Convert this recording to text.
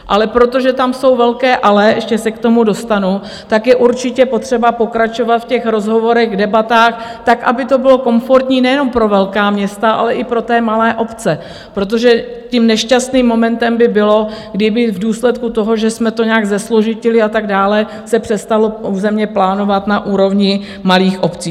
Ale protože tam jsou velké ale ještě se k tomu dostanu tak je určitě potřeba pokračovat v rozhovorech, debatách tak, aby to bylo komfortní nejenom pro velká města, ale i pro malé obce, protože tím nešťastným momentem by bylo, kdyby v důsledku toho, že jsme to nějak zesložitili a tak dále, se přestalo územně plánovat na úrovni malých obcí.